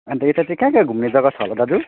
अनि त यता चाहिँ कहाँ कहाँ घुम्ने जग्गा छ होला दाजु